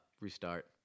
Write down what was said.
restart